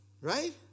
right